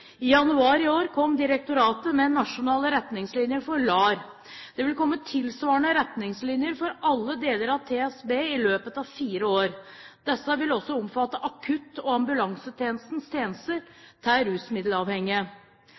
I januar i år kom direktoratet med nasjonale retningslinjer for LAR. Det vil komme tilsvarende retningslinjer for alle deler av TSB i løpet av fire år. Disse vil også omfatte akutt- og ambulansetjenestens tjenester til rusmiddelavhengige.